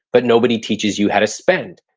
but nobody teaches you how to spend.